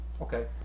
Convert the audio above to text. Okay